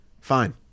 fine